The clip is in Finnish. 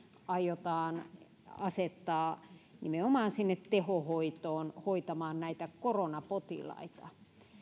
aiotaan asettaa nimenomaan sinne tehohoitoon hoitamaan koronapotilaita